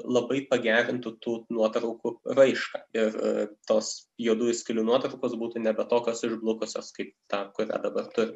labai pagerintų tų nuotraukų raišką ir tos juodųjų skylių nuotraukos būtų nebe tokios išblukusios kaip tą kurią dabar turime